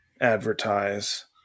advertise